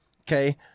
okay